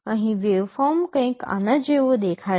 અહીં વેવફોર્મ કંઈક આના જેવો દેખાશે